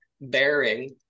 bearing